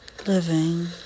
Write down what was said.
living